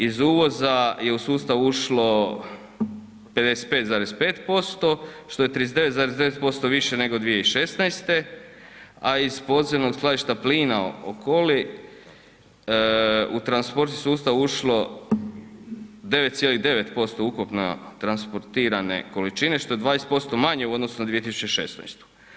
Iz uvoza je u sustav ušlo 55,5% što je 39,9% više nego 2016. a iz podzemnog Skladišta plina Okoli, u transportni sustav ušlo 9,9% ukupno transportirane količine što je 20% manje u odnosu na 2016.